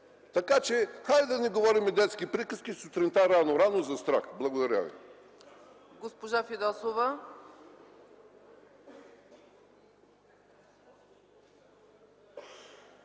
изборите! Хайде да не говорим детски приказки сутринта рано-рано за страх. Благодаря ви.